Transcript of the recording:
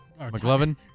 McLovin